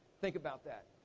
think about that.